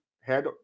head